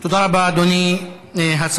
תודה רבה, אדוני השר.